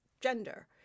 gender